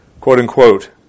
quote-unquote